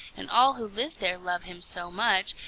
and all who live there love him so much,